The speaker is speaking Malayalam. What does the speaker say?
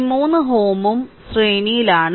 ഈ 3 Ω ഉം ഈ 3Ω ഉം ശ്രേണിയിലാണ്